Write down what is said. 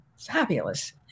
fabulous